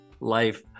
life